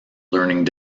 learning